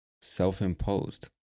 self-imposed